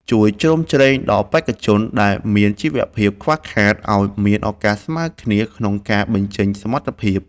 ជួយជ្រោមជ្រែងដល់បេក្ខជនដែលមានជីវភាពខ្វះខាតឱ្យមានឱកាសស្មើគ្នាក្នុងការបញ្ចេញសមត្ថភាព។